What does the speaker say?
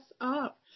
up